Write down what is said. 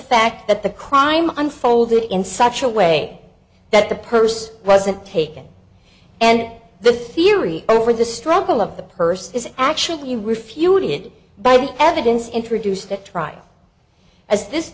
fact that the crime unfolded in such a way that the purse wasn't taken and the theory over the struggle of the purse is actually refuted by evidence introduced at trial as this